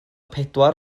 pedwar